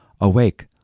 Awake